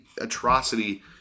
atrocity